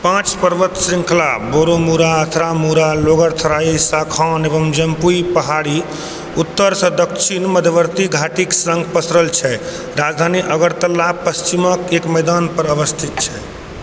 पाँच पर्वत श्रृंखला बोरोमुड़इ अथरामुड़इ लोंगथराई शाखान एवं जम्पुई पहाड़ी उत्तरसँ दक्षिण मध्यवर्ती घाटीक सङ्ग पसरल छै राजधानी अगरतला पश्चिमक एक मैदानपर अवस्थित छै